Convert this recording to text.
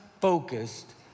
focused